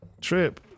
trip